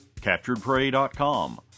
CapturedPrey.com